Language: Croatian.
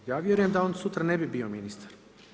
Ja vjerujem da on sutra ne bi bio ministar.